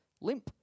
limp